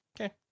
Okay